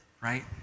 right